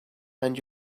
and